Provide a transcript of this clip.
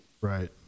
Right